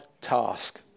task